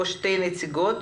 זוכרת